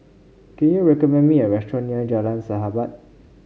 can you recommend me a restaurant near Jalan Sahabat